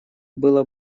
было